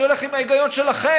אני הולך עם ההיגיון שלכם.